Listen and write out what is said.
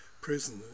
prison